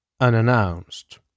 unannounced